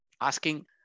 asking